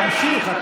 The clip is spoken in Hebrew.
תמשיך.